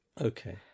Okay